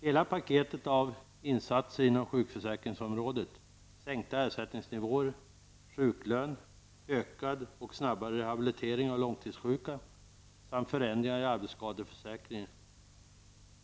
Hela paketet av insatser inom sjukförsäkringsområdet -- sänkta ersättningsnivåer, sjuklön, ökad och snabbare rehabilitering av långtidssjuka samt förändringar i arbetsskadeförsäkringen --